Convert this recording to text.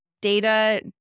data